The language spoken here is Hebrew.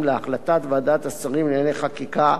להחלטת ועדת השרים לענייני חקיקה,